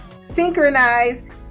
synchronized